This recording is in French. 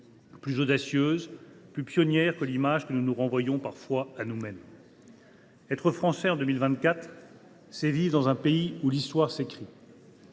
plus audacieuse, plus pionnière que ne le suggère l’image que nous nous renvoyons parfois à nous mêmes. « Être Français en 2024, c’est vivre dans un pays où l’histoire s’écrit.